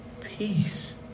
peace